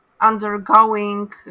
undergoing